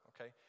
okay